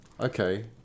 Okay